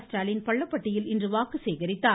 ஸ்டாலின் பள்ளப்பட்டியில் இன்று வாக்கு சேகரித்தார்